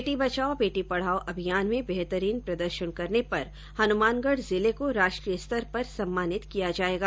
बेटी बचाओ बेटी पढ़ाओ अभियान में बेहतरीन प्रदर्शन करने पर हनुमानगढ़ जिले को राष्ट्रीय स्तर पर सम्मानित किया जायेगा